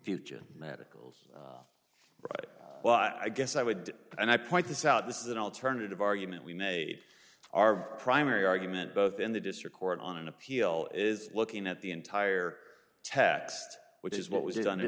future medicals well i guess i would and i point this out this is an alternative argument we made our primary argument both in the district court on an appeal is looking at the entire text which is what was it on